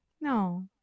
No